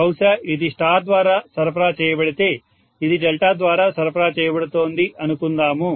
బహుశా ఇది స్టార్ ద్వారా సరఫరా చేయబడితే ఇది డెల్టా ద్వారా సరఫరా చేయబడుతోంది అనుకుందాము